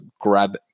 grab